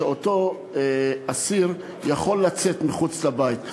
שאותו אסיר יכול לצאת מחוץ לבית,